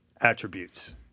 attributes